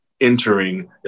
entering